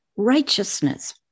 righteousness